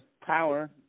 power